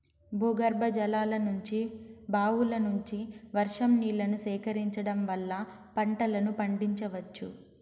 భూగర్భజలాల నుంచి, బావుల నుంచి, వర్షం నీళ్ళను సేకరించడం వల్ల పంటలను పండించవచ్చు